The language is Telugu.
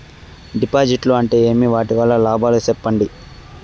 డిపాజిట్లు అంటే ఏమి? వాటి వల్ల లాభాలు సెప్పండి?